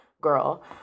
girl